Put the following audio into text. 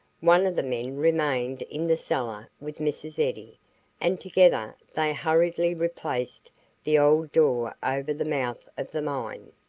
one of the men remained in the cellar with mrs. eddy and together they hurriedly replaced the old door over the mouth of the mine,